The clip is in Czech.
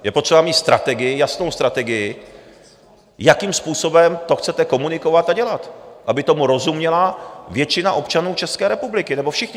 Je potřeba mít strategii, jasnou strategii, jakým způsobem to chcete komunikovat a dělat, aby tomu rozuměla většina občanů České republiky, nebo nejlépe všichni.